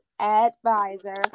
advisor